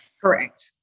Correct